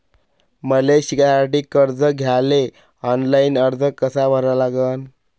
मले शिकासाठी कर्ज घ्याले ऑनलाईन अर्ज कसा भरा लागन?